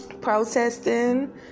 protesting